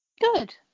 Good